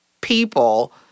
people